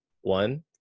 one